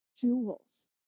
jewels